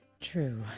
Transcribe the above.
true